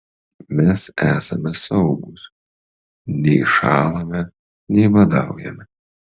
mes esame saugūs nei šąlame nei badaujame